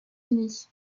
unis